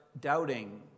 doubting